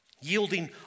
Yielding